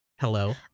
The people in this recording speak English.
Hello